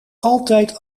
altijd